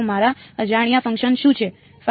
તો મારા અજાણ્યા ફંક્શન શું છે અને